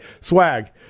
Swag